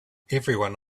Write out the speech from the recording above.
everyone